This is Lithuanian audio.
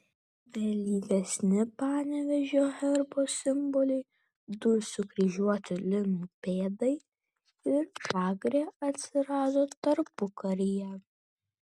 vėlyvesni panevėžio herbo simboliai du sukryžiuoti linų pėdai ir žagrė atsirado tarpukaryje